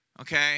okay